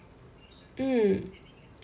mm